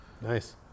Nice